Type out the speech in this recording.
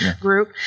group